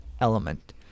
element